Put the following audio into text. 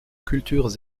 cultures